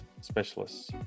specialists